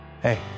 Hey